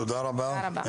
תודה רבה.